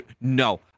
No